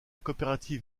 coopérative